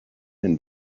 and